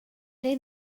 neu